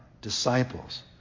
disciples